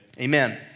Amen